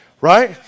right